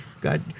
god